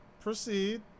Proceed